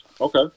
Okay